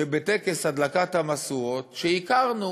שבטקס הדלקת המשואות, שהכרנו